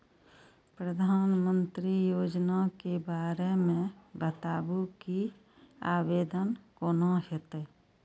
प्रधानमंत्री योजना के बारे मे बताबु की आवेदन कोना हेतै?